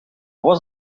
was